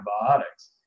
antibiotics